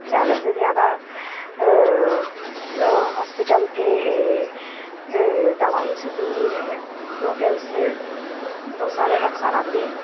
زیادہ سے زیادہ ہاسپیٹل کے دوائیوں سے دور ہی رہے کیوںکہ اس سے بہت سارے نقصانات بھی ہے